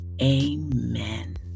Amen